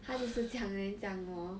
他就是这样 then 这样 lor